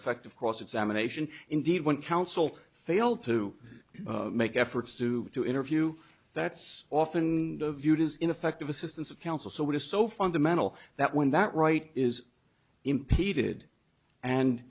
effective cross examination indeed when counsel fail to make efforts to do interview that's often viewed as ineffective assistance of counsel so what is so fundamental that when that right is impeded and